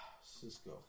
Cisco